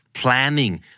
Planning